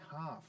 half